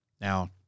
Now